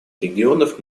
регионов